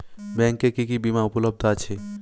ব্যাংকে কি কি বিমা উপলব্ধ আছে?